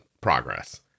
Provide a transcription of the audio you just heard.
progress